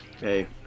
Hey